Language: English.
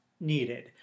needed